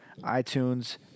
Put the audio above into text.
iTunes